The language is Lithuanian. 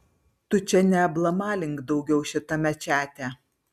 tu čia neablamalink daugiau šitame čate